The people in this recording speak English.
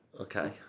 Okay